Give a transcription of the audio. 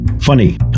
Funny